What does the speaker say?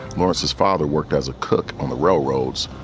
morris's father worked as a cook on the railroads,